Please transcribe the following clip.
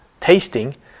tasting